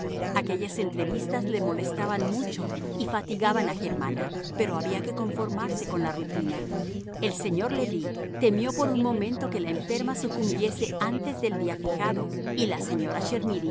aquellas entrevistas le molestaban mucho y fatigaban a germana pero había que conformarse con la rutina el señor le bris temió por un momento que la enferma sucumbiese antes del día fijado y la señora